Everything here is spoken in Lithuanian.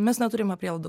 mes neturime prielaidų